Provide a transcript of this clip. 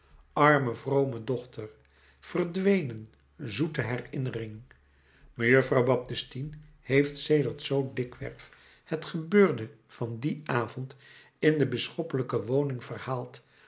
arme vrome dochter verdwenen zoete herinnering mejuffrouw baptistine heeft sedert zoo dikwerf het gebeurde van dien avond in de bisschoppelijke woning verhaald